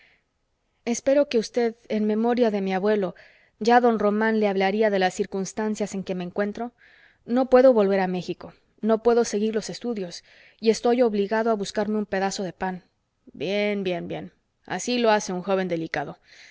espero que usted en memoria de mi abuelo ya don román le hablaría de las circunstancias en que me encuentro no puedo volver a méxico no puedo seguir los estudios y estoy obligado a buscarme un pedazo de pan bien bien bien así lo hace un joven delicado